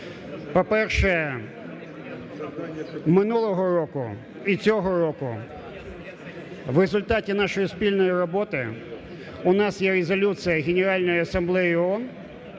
По-перше, минулого року і цього року в результаті нашої спільної роботи у нас є Резолюція Генеральної асамблеї ООН